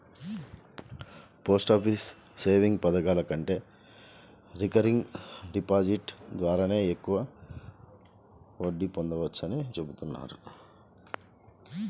post office savings పథకాల కంటే recurring deposit ద్వారానే ఎక్కువ వడ్డీ పొందవచ్చని చెబుతున్నారు